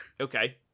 Okay